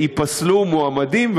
ייפסלו מועמדים,